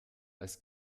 als